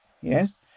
Yes